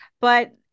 but-